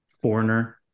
Foreigner